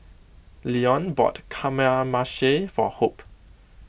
Leone bought Kamameshi for Hope